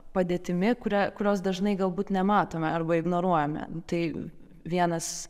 padėtimi kurią kurios dažnai galbūt nematome arba ignoruojame nu tai vienas